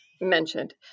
mentioned